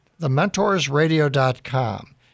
thementorsradio.com